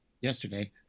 yesterday